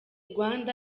rwanda